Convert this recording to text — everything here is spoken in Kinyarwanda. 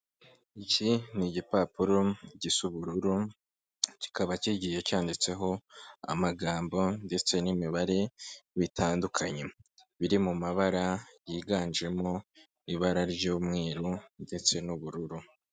Iki ni igipapuro gisa ubururu, kikaba kigiye cyanditseho amagambo ndetse n'imibare bitandukanye, biri mu mabara yiganjemo ibara ry'umweru ndetse n'ubururu.